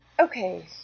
Okay